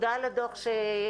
תודה על הדוח שעשיתם.